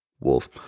wolf